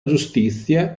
giustizia